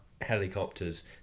helicopters